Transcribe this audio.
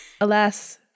Alas